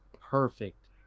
perfect